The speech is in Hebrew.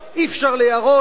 אי-אפשר להרוס,